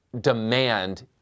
demand